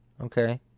Okay